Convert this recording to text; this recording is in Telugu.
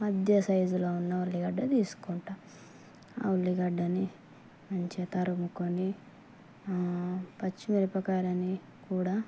మధ్య సైజులో ఉన్న ఉల్లిగడ్డ తీసుకుంటాను ఆ ఉల్లిగడ్డని మంచిగా తురుగుకొని పచ్చిమిరపకాయలు అన్నీ కూడా